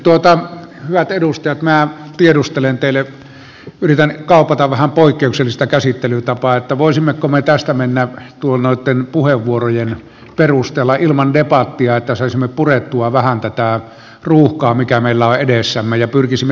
hyvät edustajat minä tiedustelen teiltä yritän kaupata vähän poikkeuksellista käsittelytapaa voisimmeko me tästä mennä noitten puheenvuorojen perusteella ilman debattia että saisimme purettua vähän tätä ruuhkaa mikä meillä on edessämme ja pyrkisimme tiiviiseen ilmaisuun